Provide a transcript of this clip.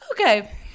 Okay